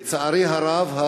לצערי הרב,